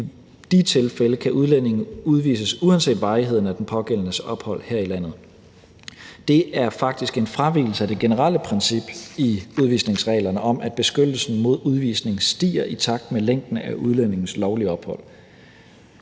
I de tilfælde kan udlændinge udvises uanset varigheden af den pågældendes ophold her i landet. Det er faktisk en fravigelse af det generelle princip i udvisningsreglerne om, at beskyttelsen mod udvisning stiger i takt med længden af udlændingens lovlige ophold.